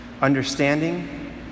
understanding